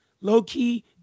low-key